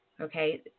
Okay